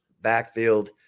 backfield